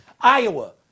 Iowa